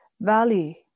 valley